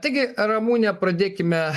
taigi ramune pradėkime